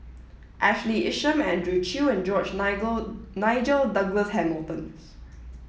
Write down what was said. Ashley Isham Andrew Chew and George Nigel Douglas Hamilton